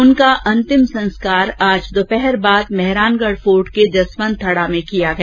उनका अंतिम संस्कार आज दोपहर बाद मेहरानगढ फोर्ट के जसवंत थडा में किया गया